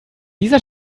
dieser